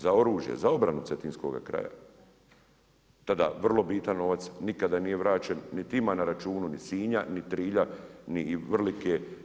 Za oružje, za obranu cetinskoga kraja, tada vrlo bitan novac nikada nije vraćen niti ima na računu ni Sinja ni Trilja ni Vrlike.